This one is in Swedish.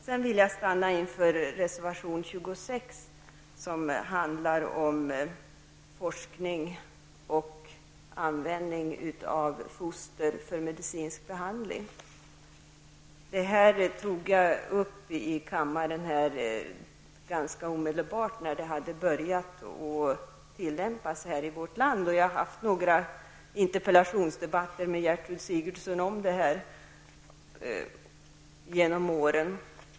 Sedan vill jag stanna inför reservation 26, som handlar om forskning och användning av foster för medicinsk behandling. Den här frågan tog jag upp i kammaren omedelbart efter det att detta hade börjat tillämpas i vårt land. Jag har haft några interpellationsdebatter med Gertrud Sigurdsen om detta genom åren.